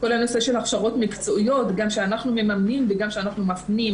גם כל הנושא של הכשרות מקצועיות שאנחנו ממנים וגם שאנחנו מפנים.